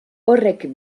horrek